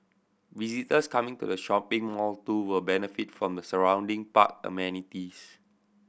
visitors coming to the shopping mall too will benefit from the surrounding park amenities